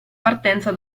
partenza